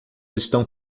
estão